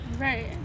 right